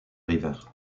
river